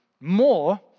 more